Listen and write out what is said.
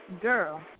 Girl